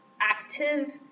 active